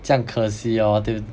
这样可惜 hor 对不